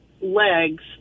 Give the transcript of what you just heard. legs